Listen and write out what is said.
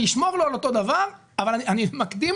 אני אשמור לו על אותו דבר אבל אני מקדים